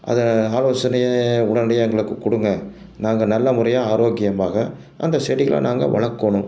அதை ஆலோசனையாக உடனடியா எங்களுக்கு கொடுங்க நாங்கள் நல்ல முறையாக ஆரோக்கியமாக அந்த செடிகளை நாங்கள் வளர்க்கோணும்